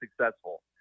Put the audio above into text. successful